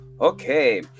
Okay